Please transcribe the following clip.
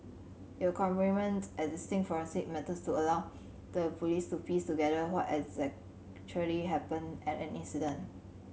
it will complement existing forensic methods to allow the Police to piece together what happened at an incident